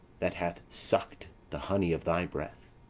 that hath suck'd the honey of thy breath,